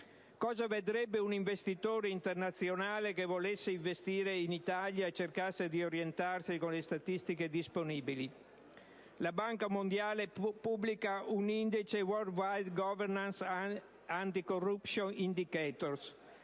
Cosa vedrebbe un investitore internazionale che volesse investire in Italia e cercasse di orientarsi con le statistiche disponibili? La Banca mondiale pubblica un indice nei *Worldwide Governance and Anti-Corruption Indicators*,